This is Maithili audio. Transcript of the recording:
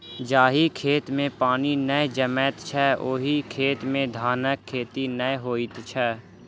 जाहि खेत मे पानि नै जमैत छै, ओहि खेत मे धानक खेती नै होइत छै